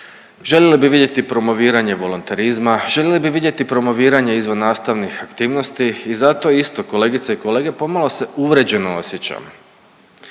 Željeli bi vidjeti promoviranje volontarizma, željeli bi vidjeti promoviranje izvan nastavnih aktivnosti i zato isto kolegice i kolege pomalo se uvrijeđeno osjećam